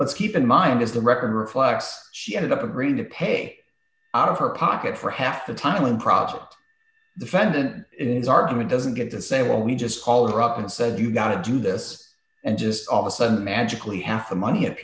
let's keep in mind as the record reflects she ended up agreeing to pay out of her pocket for half the time and project defendant in his argument doesn't get to say well we just called her up and said you gotta do this and just of a sudden magically half the money